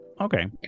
Okay